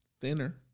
Thinner